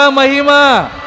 mahima